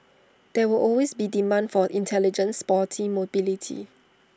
there will always be demand for intelligent sporty mobility